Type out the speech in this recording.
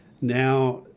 Now